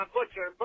Butcher